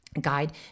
guide